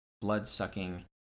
blood-sucking